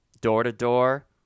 door-to-door